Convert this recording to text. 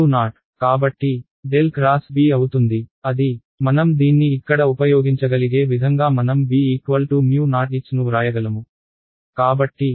కాబట్టి ∇ X B అవుతుంది అది మనం దీన్ని ఇక్కడ ఉపయోగించగలిగే విధంగా మనం BO H ను వ్రాయగలము